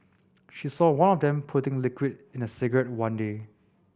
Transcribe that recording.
she saw one of them putting liquid in a cigarette one day